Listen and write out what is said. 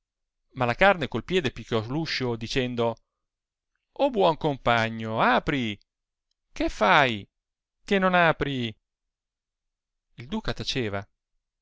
l'uscio chiuso lalacarne col piede picchiò l'uscio dicendo o buon compagno apri che fai che non apri il duca taceva